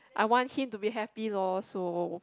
I want him to be happy lor so